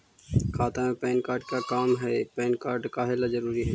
खाता में PAN card के का काम है पैन कार्ड काहे ला जरूरी है?